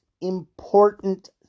important